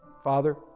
Father